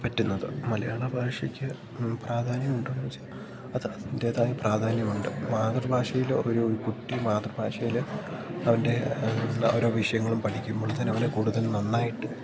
പറ്റുന്നത് മലയാള ഭാഷയ്ക്ക് പ്രാധാന്യം ഉണ്ടെന്ന് ചോദിച്ചാൽ അത് അതിൻ്റേതായ പ്രാധാന്യമുണ്ട് മാതൃഭാഷയിൽ ഒരു കുട്ടി മാതൃഭാഷയിൽ അവൻ്റെ ഓരോ വിഷയങ്ങളും പഠിക്കുമ്പോൾ തന്നെ അവന് കൂടുതലും നന്നായിട്ട്